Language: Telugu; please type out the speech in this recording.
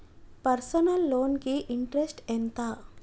పర్సనల్ లోన్ కి ఇంట్రెస్ట్ ఎంత?